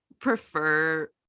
prefer